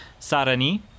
Sarani